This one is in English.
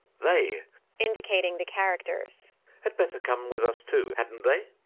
they in dicating the characters had better come with us too, hadn't they?